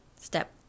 Step